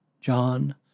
John